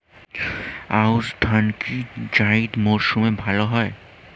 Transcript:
আউশ ধান কি জায়িদ মরসুমে ভালো হয়?